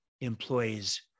employees